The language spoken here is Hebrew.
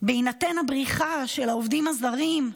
בהינתן הבריחה של העובדים הזרים,